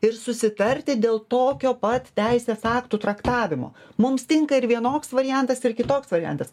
ir susitarti dėl tokio pat teisės aktų traktavimo mums tinka ir vienoks variantas ir kitoks variantas